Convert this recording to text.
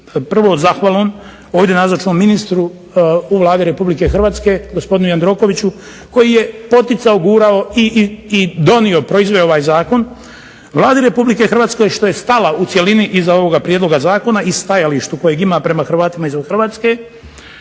prvo zahvalom ovdje nazočnom ministru u Vladi Republike Hrvatske gospodinu Jandrokoviću koji je poticao, gurao i donio proizveo ovaj Zakon Vladi Republike Hrvatske što je stala u cjelini iza ovoga prijedloga zakona i stajalištu kojeg ima prema Hrvatima izvan Hrvatske,